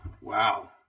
wow